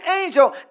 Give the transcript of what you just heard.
angel